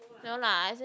no lah as in